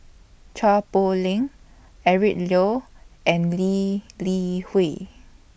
Chua Poh Leng Eric Low and Lee Li Hui